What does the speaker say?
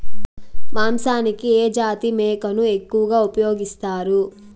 మాంసానికి ఏ జాతి మేకను ఎక్కువగా ఉపయోగిస్తారు?